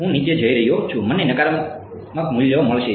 હું નીચે જઈ રહ્યો છું મને નકારાત્મક મૂલ્યો મળશે